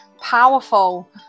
powerful